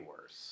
worse